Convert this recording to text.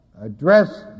address